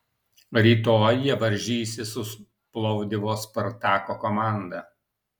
rytoj jie varžysis su plovdivo spartako komanda